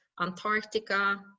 Antarctica